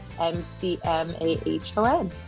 m-c-m-a-h-o-n